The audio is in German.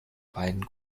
beiden